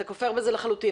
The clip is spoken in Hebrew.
אתה כופר בזה לחלוטין.